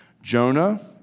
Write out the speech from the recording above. Jonah